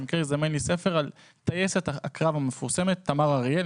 במקרה הזדמן לי ספר על טייסת הקרב המפורסמת תמר אריאל,